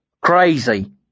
Crazy